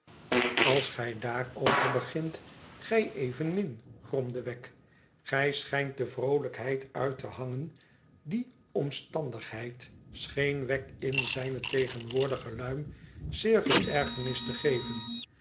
als gij daarover begint gij evennud gromde wegg gij scbgnt de vroolijkheid uit te hangen die omstandigheid scheen wegg in zgne tegenwoordige luim zeer veel ergernis te geven